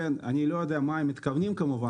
אני לא יודע מה הם מתכוונים כמובן,